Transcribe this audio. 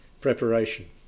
preparation